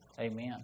Amen